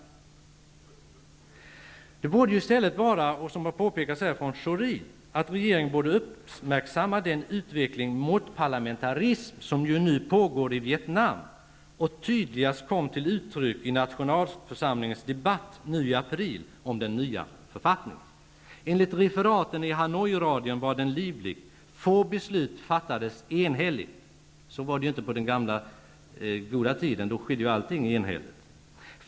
Som har påpekats här av Pierre Schori borde regeringen i stället uppmärksamma den utveckling mot parlamentarism som nu pågår i Vietnam och som tydligast kom till uttryck i nationalförsamlingens debatt nu i april om den nya författningen. Enligt referaten i Hanoiradion var den livlig -- få beslut fattades enhälligt. Så var ju inte fallet på den gamla goda tiden då allting skedde enhälligt.